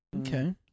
Okay